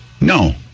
No